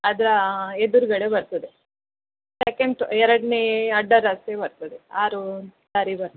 ಅದ್ರ ಎದುರುಗಡೆ ಬರ್ತದೆ ಸೆಕೆಂಡ್ ಟು ಎರಡನೇ ಅಡ್ಡ ರಸ್ತೆ ಬರ್ತದೆ ಆರು ದಾರಿ ಬರ್ತದೆ